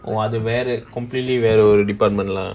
அது:thu completely வெற:ra department lah